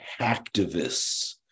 hacktivists